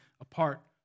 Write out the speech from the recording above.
apart